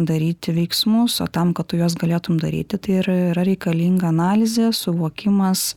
daryti veiksmus o tam kad tu juos galėtum daryti tai ir yra reikalinga analizė suvokimas